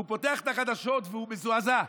והוא פותח את החדשות והוא מזועזע.